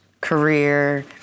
career